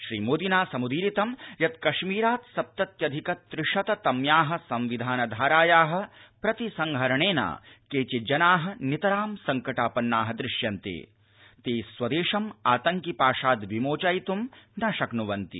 श्रीमोदिना समुदीरितं यत कश्मीरात सप्तत्यधिक त्रिशत तम्या संविधान धाराया प्रति संहरणेन केचिज्जना नितरां संकटापन्ना दृश्यन्ते ते स्व देशम आतंकि पाशाद् विमोचयित्ं न शक्न्वन्ति